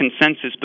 consensus